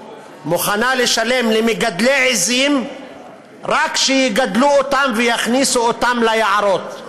למגדלי עיזים רק שיגדלו אותן ויכניסו אותן ליערות,